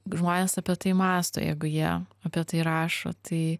žmonės apie tai mąsto jeigu jie apie tai rašo tai